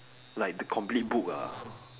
like the complete book ah